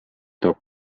toob